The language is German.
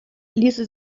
ließe